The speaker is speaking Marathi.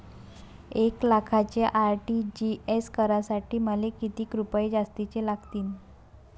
एक लाखाचे आर.टी.जी.एस करासाठी मले कितीक रुपये जास्तीचे लागतीनं?